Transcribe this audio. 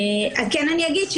אני אגיד,